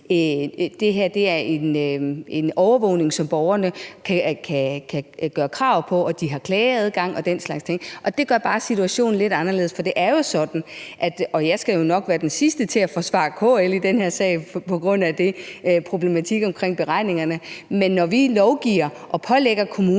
det her er en overvågning, som borgerne kan gøre krav på, og de har klageadgang og den slags ting. Det gør bare situationen lidt anderledes, for det er jo sådan – og jeg skal nok være den sidste til at forsvare KL i den her sag på grund af problematikken om beregningerne – at når vi lovgiver og pålægger kommunerne